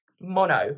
Mono